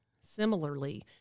Similarly